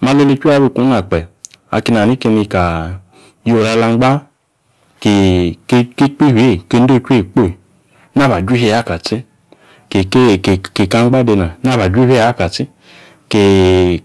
Malo lechu eeyi abi kuna kpe̱ akeni na hani keni ka ayo oru ala angba ki ki ikpifio eeyi ki ende ochwi eeyi kpoyi naba ju hie aka tse̱ ke ka eeyi ke eka ngba deneeyi, naba ju hie̱ aka tse ki